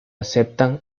aceptan